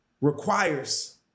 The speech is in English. requires